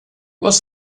was